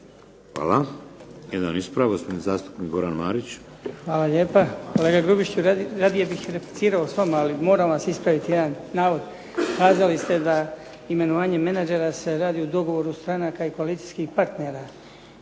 Hvala. Jedan ispravak gospodin zastupnik Goran Marić. **Marić, Goran (HDZ)** Hvala lijepo. Kolega Grubišiću radije bih replicirao s vama ali moram vam ispraviti jedan navod. Kazali ste da se imenovanje menadžera se radi u dogovoru stranaka i koalicijskih partnera.